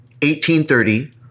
1830